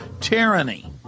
tyranny